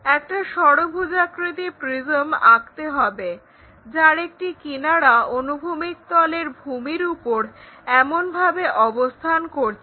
একটা ষড়ভুজাকৃতি প্রিজম আঁকতে হবে যার একটি কিনারা অনুভূমিক তলের ভূমির উপর এমন ভাবে অবস্থান করছে